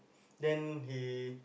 then he